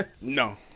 No